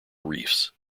reefs